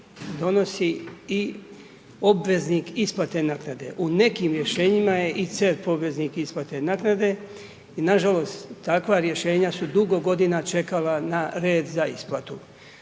donosi i obveznik isplate naknade. U nekim rješenjima je i CERP poveznik isplate naknade i nažalost, takva rješenja su dugo godina čekala na red za isplatu.